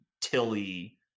tilly